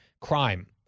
crime